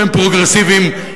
שהם פרוגרסיביים,